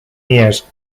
years